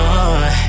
on